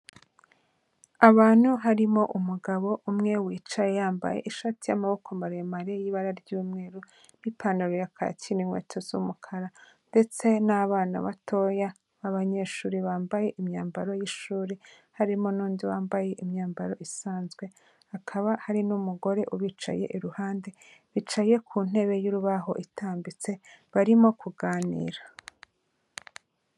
Abantu harimo umugabo umwe wicaye yambaye ishati y'amaboko maremare y'ibara ry'umweru n'ipantaro ya kaki n'inkweto z'umukara ndetse n'abana batoya b'abanyeshuri bambaye imyambaro y'ishuri harimo n'undi wambaye imyambaro isanzwe hakaba hari n'umugore ubicaye iruhande. Bicaye ku ntebe y'urubaho itambitse barimo kuganira.